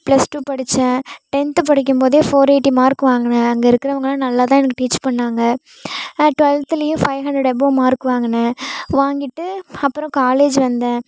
plus two படித்தேன் tenth படிக்கும் போதே ஃபோர் எயிட்டி மார்க் வாங்கினேன் அங்கே இருக்கிறவுங்கள்லாம் நல்லா தான் எனக்கு டீச் பண்ணாங்க டுவல்த்துலேயும் ஃபைவ் ஹண்ட்ரெடு எபவ் மார்க் வாங்கினேன் வாங்கிட்டு அப்பறம் காலேஜ் வந்தேன்